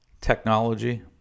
technology